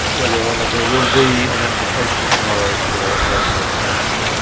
well, your honour, there will be an application tomorrow for no case to answer.